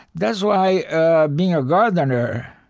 that's why being a gardener,